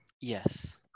Yes